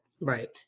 right